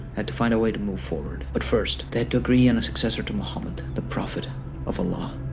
had to find a way to move forward but first, they had to agree on a successor to muhammad, the prophet of allah.